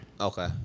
okay